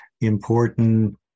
important